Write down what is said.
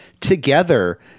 together